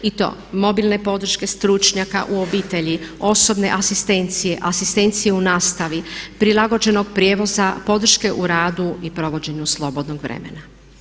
I to mobilne podrške stručnjaka u obitelji, osobne asistencije, asistencije u nastavi, prilagođenog prijevoza, podrške u radu i provođenju slobodnog vremena.